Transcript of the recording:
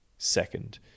Second